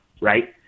right